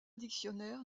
dictionnaire